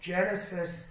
Genesis